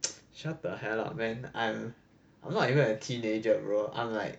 shut the hell up man I'm I'm not even a teenager bro I'm like